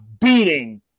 beating